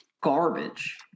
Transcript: garbage